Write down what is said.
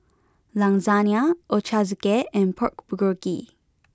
Lasagna Ochazuke and Pork Bulgogi